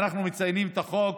ואנחנו מציינים את החוק.